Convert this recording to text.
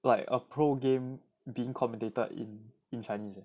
like a pro game being commentated in in chinese